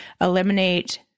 eliminate